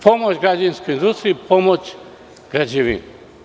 Pomoć građevinskoj industriji i pomoć građevini.